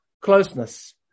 closeness